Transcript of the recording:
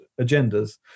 agendas